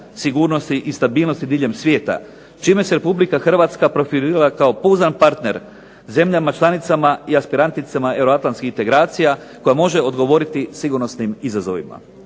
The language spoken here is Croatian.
sigurnosti i stabilnosti diljem svijeta, čime se Republika Hrvatska profilirala kao pouzdan partner zemljama članicama i aspiranticama euroatlantskih integracija koja može odgovoriti sigurnosnim izazovima.